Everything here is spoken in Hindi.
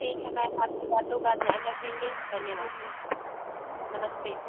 ठीक है आपकी बातों का ध्यान रखेंगे धन्यवाद नमस्ते